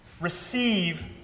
receive